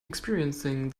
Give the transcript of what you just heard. experiencing